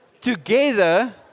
together